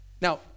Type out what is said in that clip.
Now